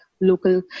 local